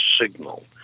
signal